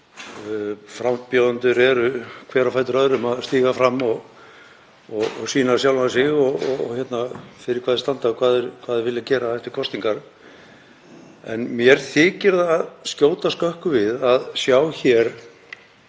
Frambjóðendur eru hver á fætur öðrum að stíga fram og sýna sjálfa sig, fyrir hvað þeir standa og hvað þeir vilja gera eftir kosningar. En mér þykir skjóta skökku við að sjá